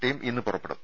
team ഇന്ന് പുറപ്പെടും